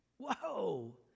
Whoa